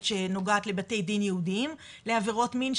שנוגעת לבתי דין ייעודיים לעבירות מין,